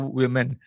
women